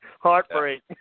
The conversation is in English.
heartbreak